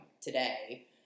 today